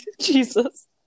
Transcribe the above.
Jesus